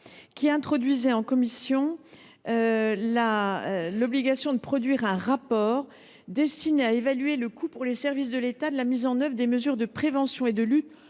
AA, introduit en commission, prévoit la remise d’un rapport destiné à évaluer le coût, pour les services de l’État, de la mise en œuvre des mesures de prévention et de lutte